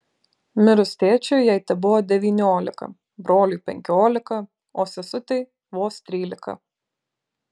mirus tėčiui jai tebuvo devyniolika broliui penkiolika o sesutei vos trylika